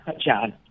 John